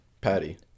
Patty